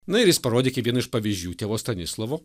na ir jis parodė kaip vieną iš pavyzdžių tėvo stanislovo